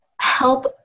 help